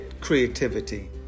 creativity